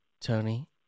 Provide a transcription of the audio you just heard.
Tony